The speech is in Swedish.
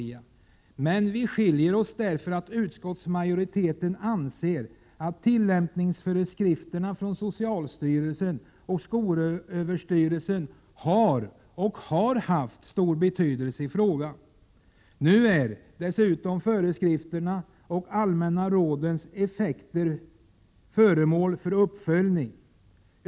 Våra meningar skiljer sig emellertid däri att utskottets majoritet anser att tillämpningsföreskrifterna från socialstyrelsen och skolöverstyrelsen har och har haft stor betydelse i frågan. Föreskrifternas och de allmänna rådens effekter är nu dessutom föremål för uppföljning.